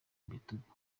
bitugu